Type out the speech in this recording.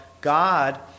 God